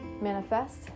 manifest